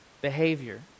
behavior